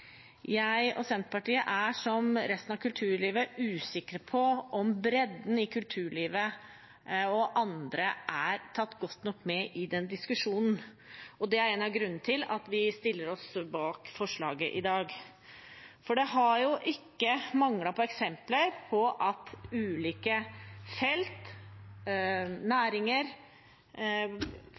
jeg og Senterpartiet er, som resten av kulturlivet, usikre på om bredden i kulturlivet og andre er tatt godt nok med i den diskusjonen, og det er en av grunnene til at vi stiller oss bak forslaget i dag. For det har ikke manglet på eksempler på at ulike felt og næringer